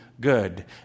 good